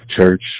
church